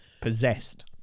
possessed